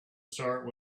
start